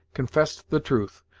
confessed the truth,